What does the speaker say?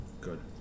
Good